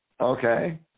Okay